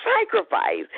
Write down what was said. sacrifice